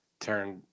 turn